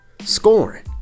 scoring